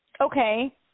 Okay